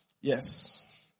Yes